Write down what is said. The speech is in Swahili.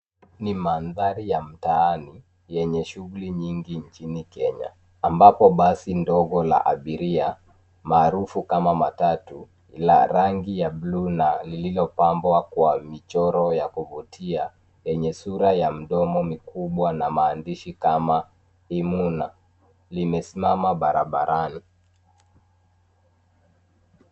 Ni mandhari ya mtaani yenye shughuli nyingi nchini Kenya, ambapo basi ndogo la abiria, maarufu kama matatu, la rangi ya bluu na lililopambwa kwa michoro ya kuvutia yenye sura ya mdomo mikubwa na maandishi kama Emunah , limesimama barabarani.